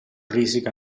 risica